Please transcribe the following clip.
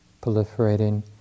proliferating